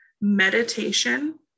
meditation